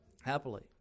happily